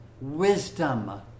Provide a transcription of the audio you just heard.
wisdom